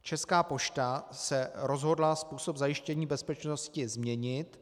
Česká pošta se rozhodla způsob zajištění bezpečnosti změnit.